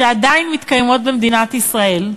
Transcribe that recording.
שעדיין מתקיימות במדינת ישראל,